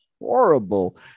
horrible